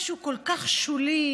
משהו כל כך שולי,